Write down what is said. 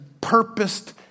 purposed